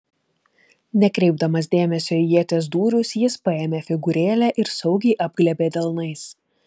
nekreipdamas dėmesio į ieties dūrius jis paėmė figūrėlę ir saugiai apglėbė delnais